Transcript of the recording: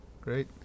Great